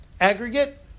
aggregate